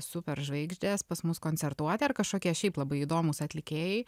superžvaigždės pas mus koncertuoti ar kažkokie šiaip labai įdomūs atlikėjai